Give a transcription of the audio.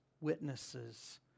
witnesses